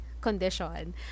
condition